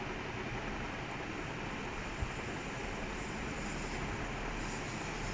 ஏன் நா:yaen naa they earn so much it's such a big shady அவ்ளோ காசு:avlo kaasu earn பண்றாங்க:pandraanga from tickets